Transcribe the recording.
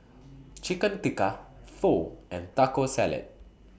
Chicken Tikka Pho and Taco Salad